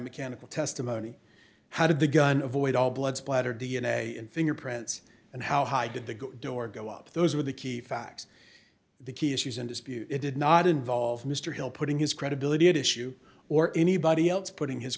biomechanical testimony how did the gun avoid all blood splatter d n a and fingerprints and how high did the door go up those are the key facts the key issues in dispute it did not involve mr hill putting his credibility at issue or anybody else putting his